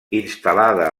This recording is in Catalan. instal·lada